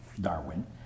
Darwin